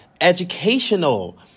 educational